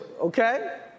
okay